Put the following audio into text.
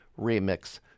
remix